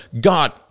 God